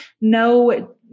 no